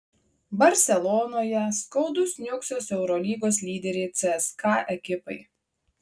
barselonoje skaudus niuksas eurolygos lyderei cska ekipai